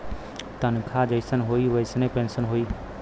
तनखा जइसन होई वइसने पेन्सन होई